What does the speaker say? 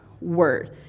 word